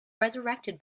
resurrected